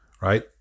right